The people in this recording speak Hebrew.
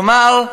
כלומר,